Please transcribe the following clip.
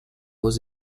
was